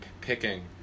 picking